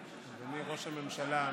אדוני ראש הממשלה האמיתי.